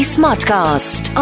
Smartcast